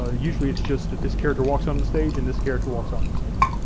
ah usually it's just that this character walks on the stage and this character walks off the stage,